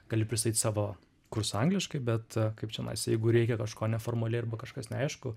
gali pristatyt savo kursą angliškai bet kaip čianais jeigu reikia kažko neformaliai arba kažkas neaišku